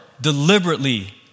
deliberately